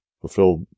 fulfill